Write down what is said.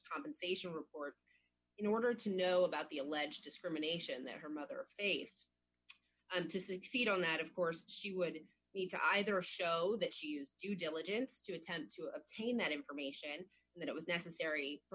compensation reports in order to know about the alleged discrimination that her mother faced and to succeed on that of course she would be to either show that she is due diligence to attend to obtain that information that it was necessary for